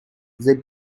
their